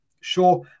Sure